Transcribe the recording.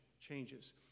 changes